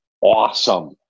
awesome